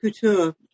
couture